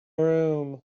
room